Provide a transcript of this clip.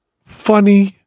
funny